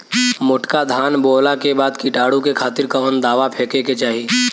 मोटका धान बोवला के बाद कीटाणु के खातिर कवन दावा फेके के चाही?